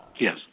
Yes